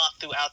throughout